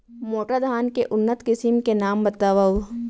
मोटा धान के उन्नत किसिम के नाम बतावव?